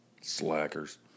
Slackers